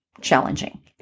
challenging